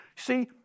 See